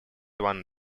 one